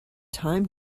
time